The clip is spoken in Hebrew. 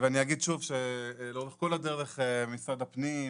אני אגיד שוב שלאורך כל הדרך משרד הפנים,